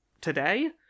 today